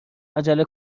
عجله